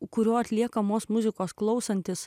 kurio atliekamos muzikos klausantis